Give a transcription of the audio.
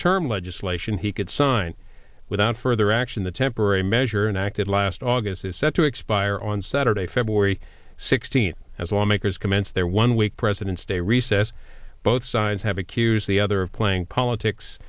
term legislation he could sign without further action the temporary measure and acted last august is set to expire on saturday feb sixteenth as lawmakers commence their one week president's day recess both sides have accused the other of playing politics